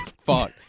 fuck